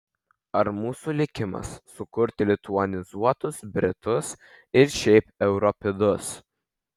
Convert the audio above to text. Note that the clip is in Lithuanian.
ar mūsų likimas sukurti lituanizuotus britus ar šiaip europidus